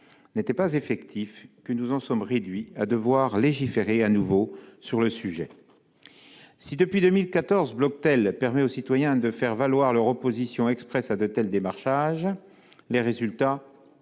était pas un que nous en sommes réduits à devoir légiférer à nouveau sur le sujet. Si, depuis 2014, Bloctel permet aux citoyens de faire valoir leur opposition expresse à de tels démarchages, les résultats